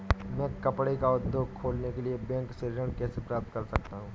मैं कपड़े का उद्योग खोलने के लिए बैंक से ऋण कैसे प्राप्त कर सकता हूँ?